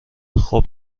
خوب